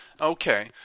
Okay